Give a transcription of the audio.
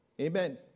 Amen